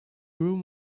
room